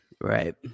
Right